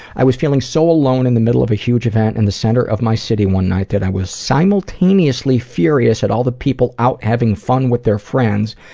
i was feeling so alone in the middle of a huge event in and the center of my city one night that i was simultaneously furious at all the people out having fun with their friends,